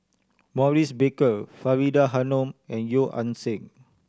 Maurice Baker Faridah Hanum and Yeo Ah Seng